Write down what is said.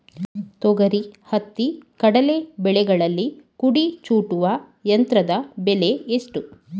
ತೊಗರಿ, ಹತ್ತಿ, ಕಡಲೆ ಬೆಳೆಗಳಲ್ಲಿ ಕುಡಿ ಚೂಟುವ ಯಂತ್ರದ ಬೆಲೆ ಎಷ್ಟು?